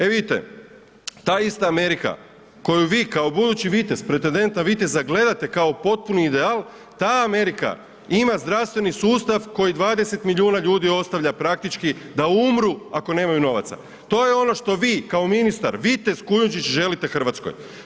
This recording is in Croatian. E, vidite ta ista Amerika koju vi kao budući vitez, pretedent na viteza gledate kao potpuni ideal, ta Amerika ima zdravstveni sustav koji 20 milijuna ljudi ostavlja praktički da umru ako nemaju novaca, to je ono što vi kao ministar, vitez Kujundžić želite Hrvatskoj.